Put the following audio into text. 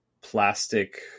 plastic